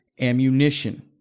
ammunition